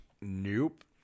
Nope